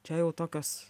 čia jau tokios